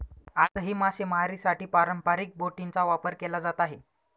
आजही मासेमारीसाठी पारंपरिक बोटींचा वापर केला जात आहे